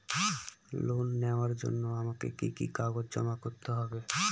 Loan নেওয়ার জন্য আমাকে কি কি কাগজ জমা করতে হবে?